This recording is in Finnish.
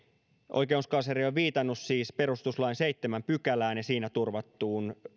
oikeuskansleri on viitannut siis perustuslain seitsemänteen pykälään ja siinä turvattuun